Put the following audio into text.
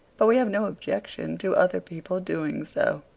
but we have no objection to other people doing so.